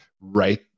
right